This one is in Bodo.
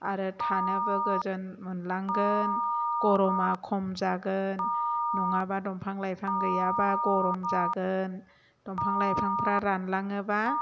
आरो थानोबो गोजोन मोनलांगोन गरमा खम जागोन नङाब्ला दंफां लाइफां गैयाब्ला गरम जागोन दंफां लाइफाङा रानलाङोब्ला